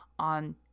on